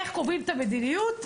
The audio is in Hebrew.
איך קובעים את המדיניות?